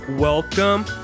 Welcome